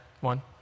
one